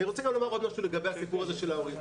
אני רוצה לומר עוד משהו לגבי הסיפור הזה של ההורים.